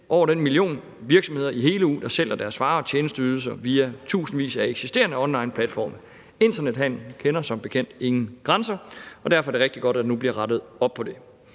over en million virksomheder i hele EU, der sælger deres varer og tjenesteydelser via tusindvis af eksisterende onlineplatforme. Internethandel kender som bekendt ingen grænser, og derfor er det rigtig godt, at der nu bliver rettet op på det.